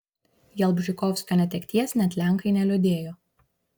jalbžykovskio netekties net lenkai neliūdėjo